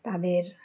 তাদের